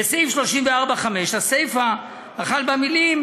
בסעיף 34(5), הסיפה החל במילים